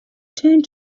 turned